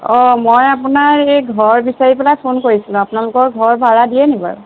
অঁ মই আপোনাৰ এই ঘৰ বিচাৰি পেলাই ফোন কৰিছিলোঁ আপোনালোকৰ ঘৰ ভাড়া দিয়ে নেকি বাৰু